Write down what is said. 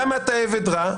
למה אתה עבד רע?